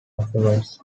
afterwards